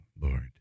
Lord